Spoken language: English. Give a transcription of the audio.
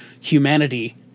humanity